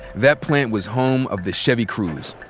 that plant was home of the chevy cruze.